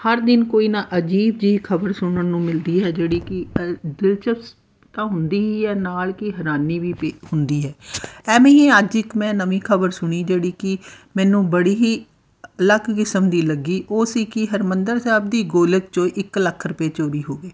ਹਰ ਦਿਨ ਕੋਈ ਨਾ ਅਜੀਬ ਜਿਹੀ ਖ਼ਬਰ ਸੁਣਨ ਨੂੰ ਮਿਲਦੀ ਹੈ ਜਿਹੜੀ ਕਿ ਦਿਲਚਸਪ ਤਾਂ ਹੁੰਦੀ ਹੀ ਹੈ ਨਾਲ ਕੀ ਹੈਰਾਨੀ ਵੀ ਪੀ ਹੁੰਦੀ ਹੈ ਐਵੇਂ ਹੀ ਅੱਜ ਇੱਕ ਮੈਂ ਨਵੀਂ ਖ਼ਬਰ ਸੁਣੀ ਜਿਹੜੀ ਕਿ ਮੈਨੂੰ ਬੜੀ ਹੀ ਅਲੱਗ ਕਿਸਮ ਦੀ ਲੱਗੀ ਉਹ ਸੀ ਕਿ ਹਰਿਮੰਦਰ ਸਾਹਿਬ ਦੀ ਗੋਲਕ 'ਚੋਂ ਇਕ ਲੱਖ ਰੁਪਏ ਚੋਰੀ ਹੋ ਗਏ